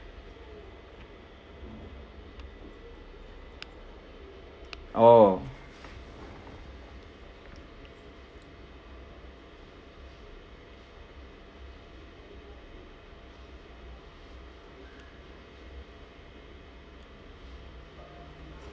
oh